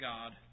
God